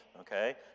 Okay